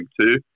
two